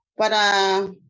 para